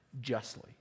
justly